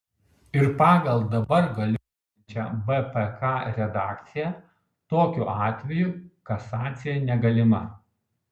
ir pagal dabar galiojančią bpk redakciją tokiu atveju kasacija negalima